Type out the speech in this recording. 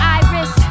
iris